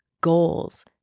goals